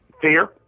Fear